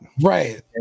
Right